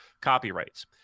copyrights